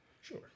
Sure